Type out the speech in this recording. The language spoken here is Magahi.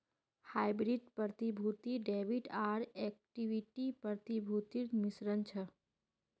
हाइब्रिड प्रतिभूति डेबिट आर इक्विटी प्रतिभूतिर मिश्रण छ